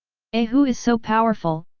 a hu is so powerful,